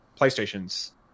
playstation's